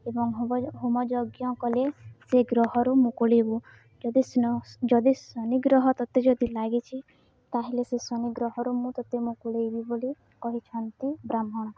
ଏବଂ ହ ହୋମ ଯଜ୍ଞ କଲେ ସେ ଗ୍ରହରୁ ମୁକୁଳିବୁ ଯଦି ଯଦି ଶନି ଗ୍ରହ ତୋତେ ଯଦି ଲାଗିଛି ତାହେଲେ ସେ ଶନି ଗ୍ରହରୁ ମୁଁ ତୋତେ ମୁକୁଳେଇବି ବୋଲି କହିଛନ୍ତି ବ୍ରାହ୍ମଣ